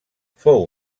fou